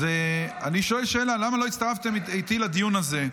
אז אני שואל שאלה: למה לא הצטרפתם אליי לדיון הזה?